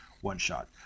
one-shot